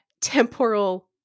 temporal